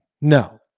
No